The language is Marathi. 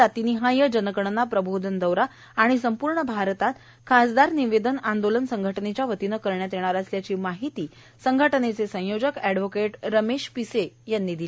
जातिनिहाय जनगणना प्रबोधन दौरा आणि संपूर्ण भारतात खासदार निवेदन आंदोलन संघटनेच्यावतीने करण्यात येणार असल्याची माहिती या संघटनेचे संयोजक एडवोकेट रमेश पिसे यांनी दिली